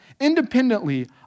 independently